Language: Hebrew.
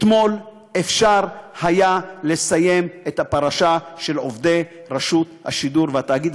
אתמול אפשר היה לסיים את הפרשה של עובדי רשות השידור והתאגיד,